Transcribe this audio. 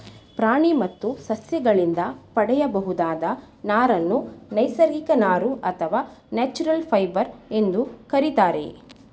ಪ್ರಾಣಿ ಮತ್ತು ಸಸ್ಯಗಳಿಂದ ಪಡೆಯಬಹುದಾದ ನಾರನ್ನು ನೈಸರ್ಗಿಕ ನಾರು ಅಥವಾ ನ್ಯಾಚುರಲ್ ಫೈಬರ್ ಎಂದು ಕರಿತಾರೆ